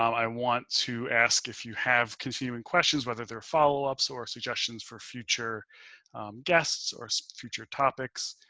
i want to ask if you have continuing questions, whether they're follow ups or suggestions for future guests or so future topics.